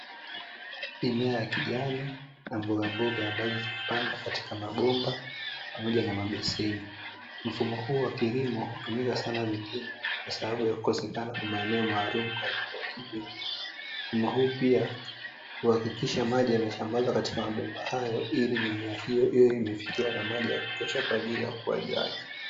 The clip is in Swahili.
Mimea ya kijani ya mbogamboga ambazo zimepandwa katika mabomba pamoja na mabeseni, mfumo huu wa kilimo hutumika sana mjini kwasababu yakukosekana kwa maeneo maalumu kwa ajili ya kilimo, mfumo huu pia huakikisha maji yamesambazwa katika mabomba hayo ili mimea hiyo iwe imefikiwa na maji yakutosha kwa ajili ya ukuaji wake.